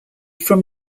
from